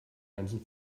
ganzen